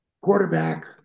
quarterback